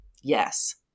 yes